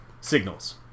signals